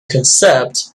concept